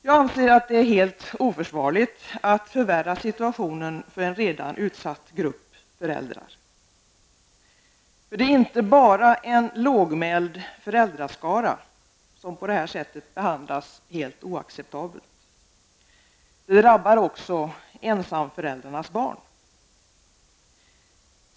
Jag anser att det är helt oförsvarligt att förvärra situationen för en redan utsatt grupp föräldrar. Det är inte bara en lågmäld föräldraskara som på detta sätt behandlas helt oacceptabelt, det drabbar också ensamföräldrarnas barn.